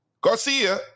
Garcia